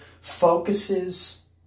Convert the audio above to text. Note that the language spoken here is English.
focuses